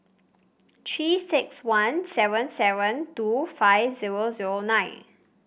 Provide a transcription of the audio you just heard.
Three six one seven seven two five zero zero nine